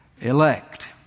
elect